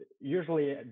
usually